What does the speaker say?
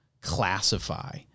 classify